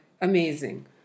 amazing